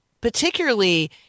particularly